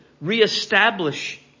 reestablish